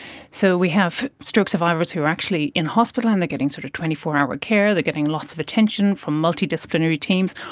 so we have stroke survivors who are actually in hospital and they are getting sort of twenty four hour care, they are getting lots of attention from multidisciplinary teams,